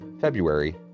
February